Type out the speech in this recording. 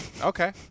Okay